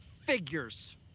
Figures